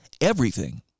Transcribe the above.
everything